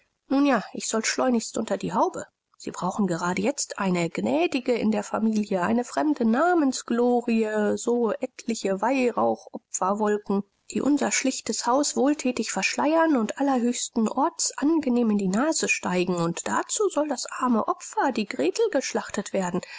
nun ja ich soll schleunigst unter die haube sie brauchen gerade jetzt eine gnädige in der familie eine fremde namensglorie so etliche weihrauchopferwolken die unser schlichtes haus wohlthätig verschleiern und allerhöchsten orts angenehm in die nase steigen und dazu soll das arme opfer die gretel geschlachtet werden